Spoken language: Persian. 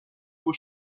بود